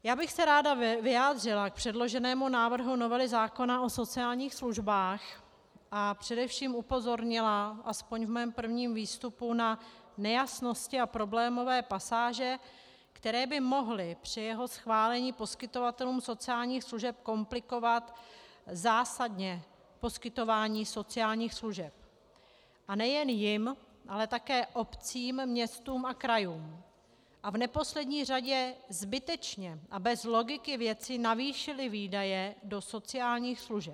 Já bych se ráda vyjádřila k předloženému návrhu novely zákona o sociálních službách a především upozornila, aspoň ve svém prvním výstupu, na nejasnosti a problémové pasáže, které by mohly při jeho schválení poskytovatelům sociálních služeb komplikovat zásadně poskytování sociálních služeb, a nejen jim, ale také obcím, městům a krajům, a v neposlední řadě zbytečně a bez logiky věci navýšily výdaje do sociálních služeb.